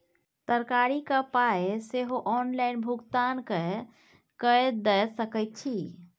तरकारीक पाय सेहो ऑनलाइन भुगतान कए कय दए सकैत छी